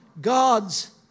God's